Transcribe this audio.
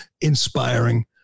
inspiring